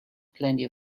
plenty